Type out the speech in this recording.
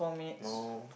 no